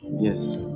Yes